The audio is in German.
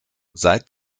seit